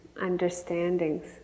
understandings